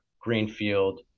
Greenfield